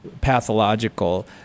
pathological